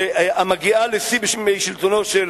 שהגיעה לשיא בימי שלטונו של